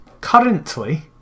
Currently